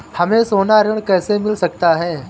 हमें सोना ऋण कैसे मिल सकता है?